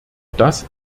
das